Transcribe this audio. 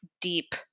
deep